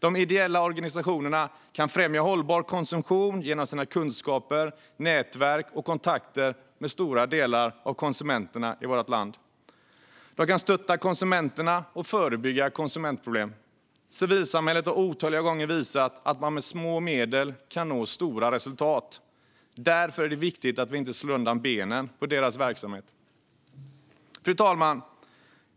De ideella organisationerna kan främja hållbar konsumtion genom sina kunskaper, nätverk och kontakter med stora delar av konsumenterna i vårt land. De kan stötta konsumenterna och förebygga konsumentproblem. Civilsamhället har otaliga gånger visat att man med små medel kan nå stora resultat. Därför är det viktigt att vi inte slår undan benen på deras verksamhet. Fru talman!